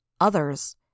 Others